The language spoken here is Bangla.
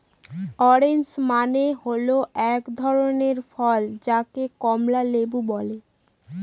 অরেঞ্জ মানে হল এক ধরনের ফল যাকে কমলা লেবু বলে